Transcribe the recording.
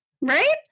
Right